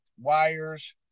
wires